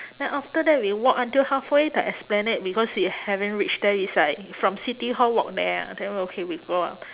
then after that we walk until halfway the esplanade because we haven't reach there is like from city-hall walk there ah then okay we go